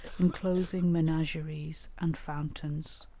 enclosing menageries and fountains.